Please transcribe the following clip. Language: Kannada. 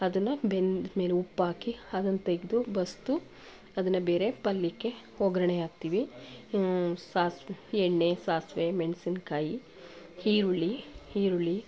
ಅದನ್ನ ಬೆಂದ್ಮೇಲೆ ಉಪ್ಪಾಕಿ ಅದನ್ನ ತೆಗೆದು ಬಸಿದು ಅದನ್ನು ಬೇರೆ ಪಲ್ಯಕ್ಕೆ ಒಗ್ಗರಣೆ ಹಾಕ್ತೀವಿ ಸಾಸ್ ಎಣ್ಣೆ ಸಾಸಿವೆ ಮೆಣಸಿನ್ಕಾಯಿ ಈರುಳ್ಳಿ ಈರುಳ್ಳಿ